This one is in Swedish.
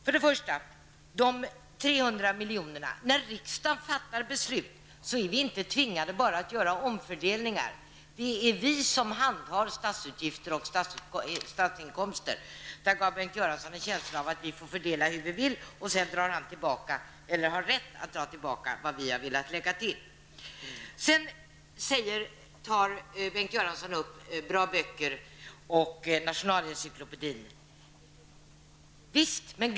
Först angående de 300 miljonerna. När riksdagen fattar beslut är vi inte tvingade bara att göra omfördelningar. Det är vi som handhar statsutgifter och statsinkomster. Bengt Göransson gav en känsla av att vi får fördela hur vi vill och att han sedan har rätt att dra tillbaka vad vi har velat lägga till. Bengt Göransson tar också upp Bra Böcker och Nationalencyklopedin.